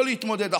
לא להתמודד.